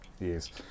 Yes